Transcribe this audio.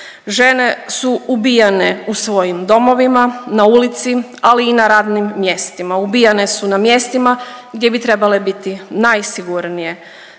Žene su ubijane u svojim domovima, na ulici, ali i na radnim mjestima, ubijane su na mjestima gdje bi trebale biti najsigurnije.